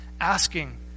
asking